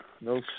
No